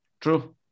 True